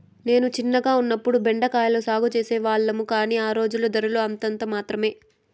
నేను చిన్నగా ఉన్నప్పుడు బెండ కాయల సాగు చేసే వాళ్లము, కానీ ఆ రోజుల్లో ధరలు అంతంత మాత్రమె